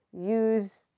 use